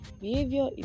Behavior